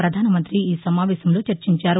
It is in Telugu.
ప్రధానమంతి ఈ సమావేశంలో చర్చించారు